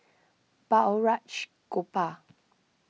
Balraj Gopal